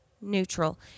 neutral